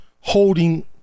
holding